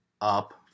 up